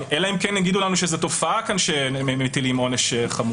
אלא אם כן יגידו לנו שזאת תופעה רווחת שמטילים עונש חמור